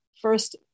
first